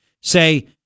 say